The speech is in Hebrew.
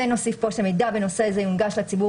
ונוסיף פה שהמידע בנושא זה יונגש לציבור